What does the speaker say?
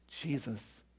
Jesus